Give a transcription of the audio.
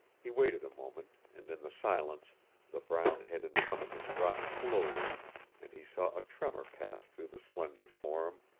he waited a moment, and in the silence the brown head in front of him dropped slowly and he saw a tremor pass through the slender form,